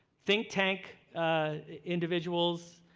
think-tank individuals,